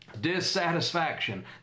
Dissatisfaction